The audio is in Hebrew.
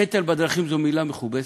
קטל בדרכים זו מילה מכובסת.